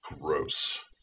gross